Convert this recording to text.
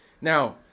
Now